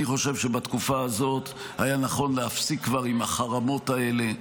חושב שבתקופה הזאת היה נכון להפסיק כבר עם החרמות האלה,